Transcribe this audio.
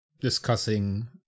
discussing